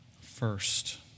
first